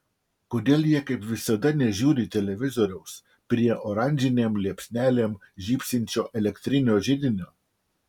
kodėl jie kaip visada nežiūri televizoriaus prie oranžinėm liepsnelėm žybsinčio elektrinio židinio